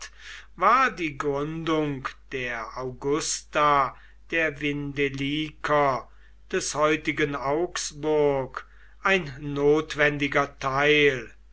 war die gründung der augusta der vindeliker des heutigen augsburg ein notwendiger teil